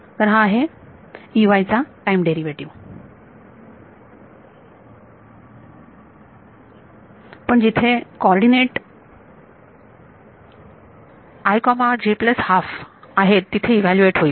तर हा आहे चा टाईम डेरिव्हेटिव्ह पण जिथे कॉर्डीनेट आहेत तिथे इव्हॅल्यूएट होईल